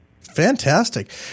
Fantastic